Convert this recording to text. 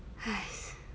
!hais!